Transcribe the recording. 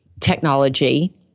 technology